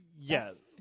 Yes